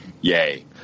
yay